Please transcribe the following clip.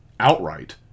outright